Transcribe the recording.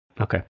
okay